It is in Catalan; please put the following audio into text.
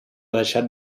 deixat